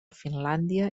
finlàndia